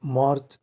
March